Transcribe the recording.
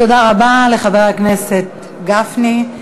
תודה רבה לחבר הכנסת גפני.